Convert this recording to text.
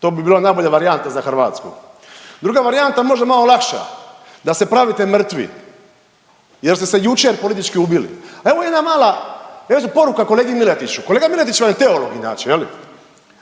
to bi bila najbolja varijanta za Hrvatsku. Druga varijanta je možda malo lakša da se pravite mrtvi, jer ste se jučer politički ubili. A evo jedna mala poruka kolegi Miletiću. Kolega Miletić vam je teolog inače je li,